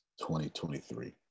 2023